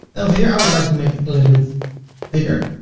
over here, i would like to make it a little bit bigger.